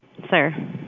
Sir